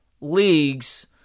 leagues